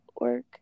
work